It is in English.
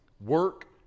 Work